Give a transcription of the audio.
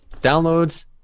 downloads